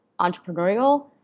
entrepreneurial